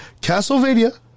Castlevania